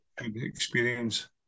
experience